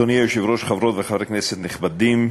אדוני היושב-ראש, חברות וחברי כנסת נכבדים,